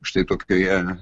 štai tokioje